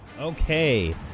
Okay